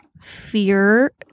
fear